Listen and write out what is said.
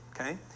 Okay